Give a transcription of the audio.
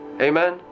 Amen